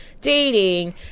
dating